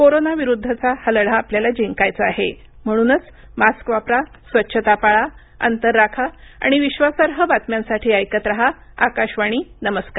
corona विरुद्धचा हा लढा आपल्याला जिंकायचा आहे म्हणूनच मास्क वापरा स्वच्छता पाळा अंतर राखा आणि विश्वासार्ह बातम्यांसाठी ऐकत रहा आकाशवाणी नमस्कार